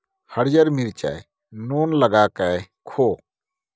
हरियर मिरचाई नोन लगाकए खो